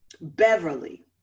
beverly